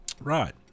Right